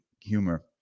humor